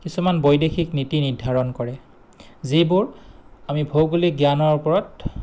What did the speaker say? কিছুমান বৈদেশিক নীতি নিৰ্ধাৰণ কৰে যিবোৰ আমি ভৌগোলিক জ্ঞানৰ ওপৰত